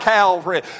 Calvary